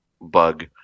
bug